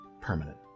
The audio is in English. permanent